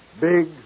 Big